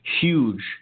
huge